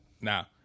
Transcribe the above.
Now